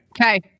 Okay